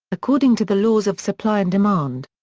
according to the laws of supply and demand.